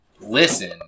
Listen